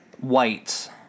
white